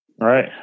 Right